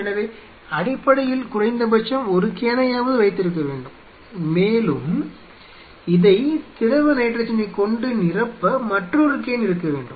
எனவே அடிப்படையில் குறைந்தபட்சம் ஒரு கேனையாவது வைத்திருக்க வேண்டும் மேலும் இதை திரவ நைட்ரஜனைக் கொண்டு நிரப்ப மற்றொரு கேன் இருக்க வேண்டும்